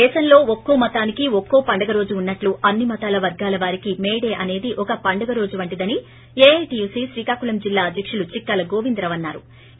దేశంలో ఒక్కో మతానికి ఒక్కో పండగ రోజు ఉన్నట్లు అన్నీ మతాల వర్గాల వారికి మేడే అనేది ఒక పండగ రోజు వంటిదని ఏఐటీయుసీ శ్రీకాకుళం జిల్లా అధ్యకుడు చిక్కాల గోవిందరావు అన్నారు